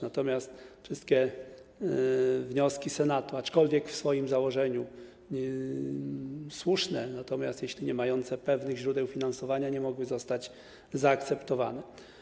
Natomiast wszystkie wnioski Senatu - aczkolwiek w swoim założeniu słuszne - niemające pewnych źródeł finansowania nie mogły zostać zaakceptowane.